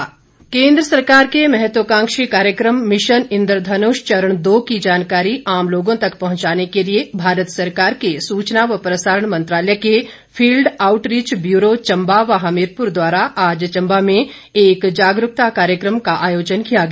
इंद्रधनुष केंद्र सरकार के महत्वकांक्षी कार्यक्रम मिशन इंद्रधनुष चरण दो की जानकारी आम लोगों तक पहुंचाने के लिए भारत सरकार के सूचना व प्रसारण मंत्रालय के फील्ड आउटरीच ब्यूरो चम्बा व हमीरपुर द्वारा आज चम्बा में एक जागरूकता कार्यक्रम का आयोजन किया गया